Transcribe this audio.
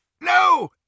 No